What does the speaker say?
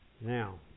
Now